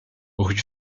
rue